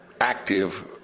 active